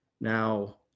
Now